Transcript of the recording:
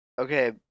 Okay